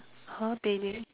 !huh! bathing